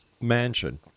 Mansion